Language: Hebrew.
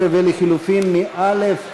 14 ולחלופין א'